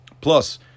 plus